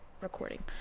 recording